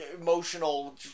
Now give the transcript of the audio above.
emotional